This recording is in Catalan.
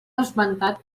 esmentat